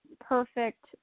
perfect